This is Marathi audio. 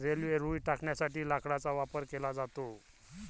रेल्वे रुळ टाकण्यासाठी लाकडाचा वापर केला जातो